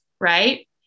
right